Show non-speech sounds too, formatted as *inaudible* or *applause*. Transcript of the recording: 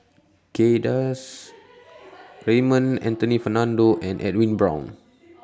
*noise* Kay Das Raymond Anthony Fernando and Edwin Brown